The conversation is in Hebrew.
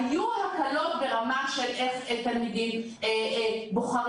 היו הקלות ברמה של איך תלמידים בוחרים,